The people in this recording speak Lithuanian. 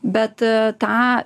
bet tą